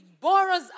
borrows